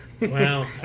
Wow